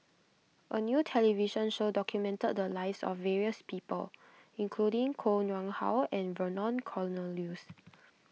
a new television show documented the lives of various people including Koh Nguang How and Vernon Cornelius